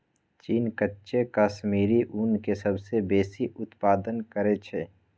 चीन काचे कश्मीरी ऊन के सबसे बेशी उत्पादन करइ छै